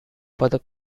for